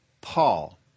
Paul